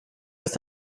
ist